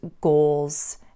goals